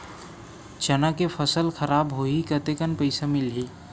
चना के फसल खराब होही कतेकन पईसा मिलही?